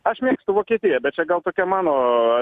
aš mėgstu vokietiją bet čia gal tokia mano